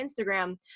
Instagram